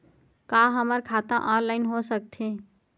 का हमर खाता ऑनलाइन हो सकथे?